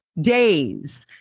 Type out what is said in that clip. days